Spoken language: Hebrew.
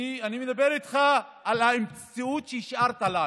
אני מדבר איתך על המציאות שהשארת לנו.